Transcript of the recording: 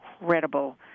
incredible